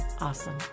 Awesome